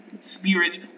spirit